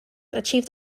achieved